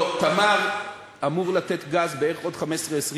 לא, "תמר" אמור לתת גז בערך עוד 15 20 שנה,